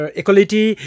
equality